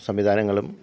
സംവിധാനങ്ങളും